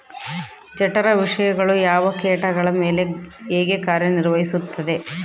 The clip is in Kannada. ಜಠರ ವಿಷಯಗಳು ಯಾವ ಕೇಟಗಳ ಮೇಲೆ ಹೇಗೆ ಕಾರ್ಯ ನಿರ್ವಹಿಸುತ್ತದೆ?